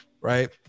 right